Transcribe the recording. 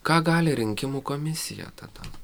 ką gali rinkimų komisija tada